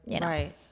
Right